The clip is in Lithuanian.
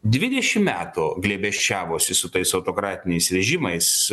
dvidešim metų glėbesčiavosi su tais autokratiniais režimais